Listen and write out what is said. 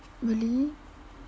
really